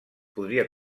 podria